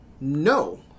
no